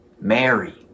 Mary